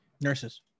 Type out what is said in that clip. nurses